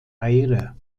eyre